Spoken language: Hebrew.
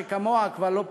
שכמוה כבר לא פוגשים.